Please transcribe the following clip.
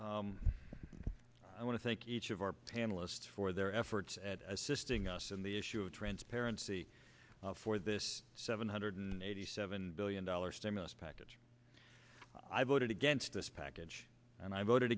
chairman i want to thank each of our panelists for their efforts at assisting us in the issue of transparency for this seven hundred and eighty seven billion dollars stimulus package i voted against this package and i voted